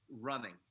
running